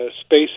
space